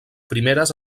primeres